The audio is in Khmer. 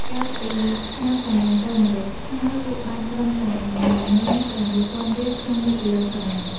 កាលពីឆ្នាំកន្លងទៅ ម្រេចខ្មៅលក់បានត្រឹមតែ ១៦០០០ រៀល ក្នុងមួយគីឡូក្រាម។